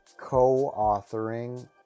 co-authoring